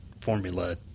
formula